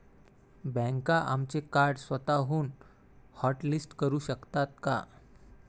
बँका आमचे कार्ड स्वतःहून हॉटलिस्ट करू शकतात का?